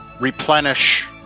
replenish